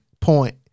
point